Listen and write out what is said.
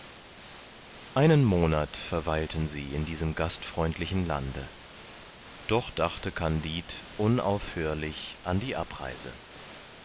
einen monat verweilten sie in diesem gastfreundlichen lande doch dachte kandid unaufhörlich an die abreise